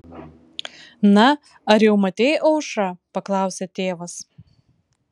na ar jau matei aušrą paklausė tėvas